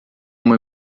uma